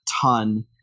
ton